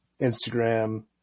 Instagram